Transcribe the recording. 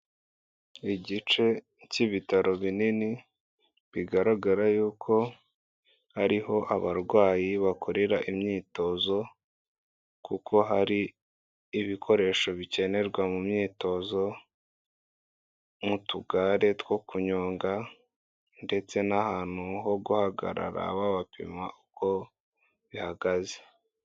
Igice cy'ibitaro binini, bigaragara yuko ari ho abarwayi bakorera imyitozo kuko hari ibikoresho bikenerwa mu myitozo nk'utugare two kunyonga ndetse n'ahantu ho guhagarara babapima uko bihagaze.